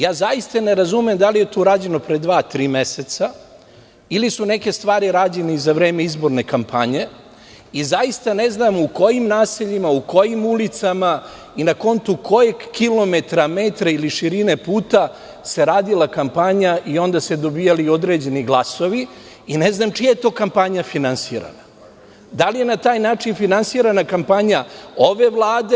Ja zaista ne razumem da li je to rađeno pre dva, tri meseca, ili su neke stvari rađene i za vreme izborne kampanje i zaista ne znam u kojim naseljima, u kojim ulicama i na kontu kojeg kilometra, metra ili širine puta se radila kampanja i onda se dobijali određeni glasovi i ne znam čija je to kampanja finansirana?